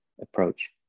approach